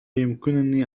يمكنني